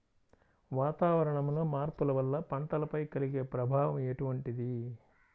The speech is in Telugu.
వాతావరణంలో మార్పుల వల్ల పంటలపై కలిగే ప్రభావం ఎటువంటిది?